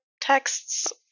texts